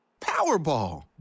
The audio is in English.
Powerball